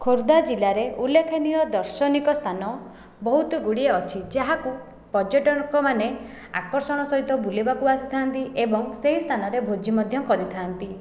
ଖୋର୍ଦ୍ଧା ଜିଲ୍ଲାରେ ଉଲ୍ଲେଖନୀୟ ଦାର୍ଶନୀକସ୍ଥାନ ବହୁତ ଗୁଡ଼ିଏ ଅଛି ଯାହାକୁ ପର୍ଯ୍ୟଟକ ମାନେ ଆକର୍ଷଣ ସହିତ ବୁଲିବାକୁ ଆସିଥାନ୍ତି ଏବଂ ସେହି ସ୍ଥାନରେ ଭୋଜି ମଧ୍ୟ କରିଥାନ୍ତି